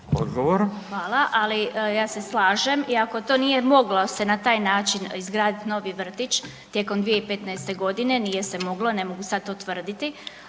(SDP)** Hvala, ali ja se slažem i ako to nije moglo se na taj način izgraditi novi vrtić tijekom 2015. godine, nije se moglo ne mogu sad to tvrditi